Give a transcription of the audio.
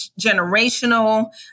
generational